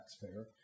taxpayer